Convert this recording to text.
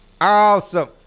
Awesome